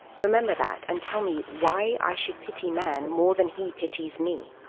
remember that, and tell me why i should pity man more than he pities me?